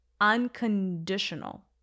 unconditional